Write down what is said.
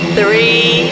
three